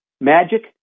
magic